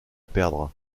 perdre